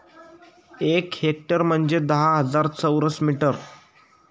एक हेक्टर म्हणजे दहा हजार चौरस मीटर